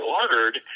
ordered